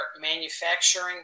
manufacturing